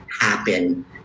happen